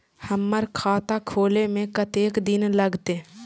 हमर खाता खोले में कतेक दिन लगते?